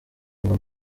ngo